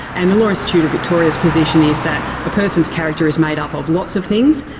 and the law institute of victoria's position is that a person's character is made up of lots of things.